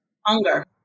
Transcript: Hunger